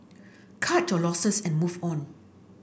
cut your losses and move on